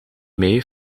mee